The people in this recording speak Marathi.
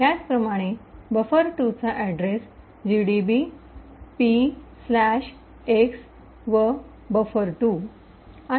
त्याचप्रमाणे बफर२ चा अड्रेस जीडीबी पी एक्स व बफर२ gdb px buffer2 आहे